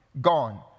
gone